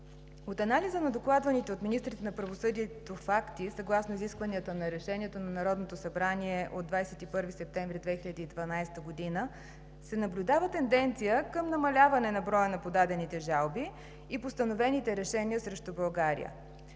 От анализа на докладваните от министрите на правосъдието факти, съгласно изискванията на решенията на Народното събрание от 21 септември 2012 г., се наблюдава тенденция към намаляване на броя на подадени жалби и постановените решения срещу България.